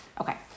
Okay